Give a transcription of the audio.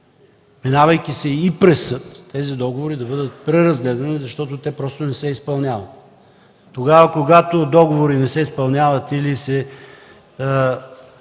минавайки се и през съд, тези договори да бъдат преразгледани, защото те просто не се изпълняват. Тогава, когато договори не се изпълняват или се